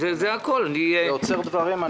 זה עוצר דברים.